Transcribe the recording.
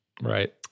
Right